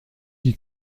qui